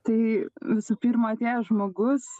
tai visų pirma atėjęs žmogus